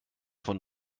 von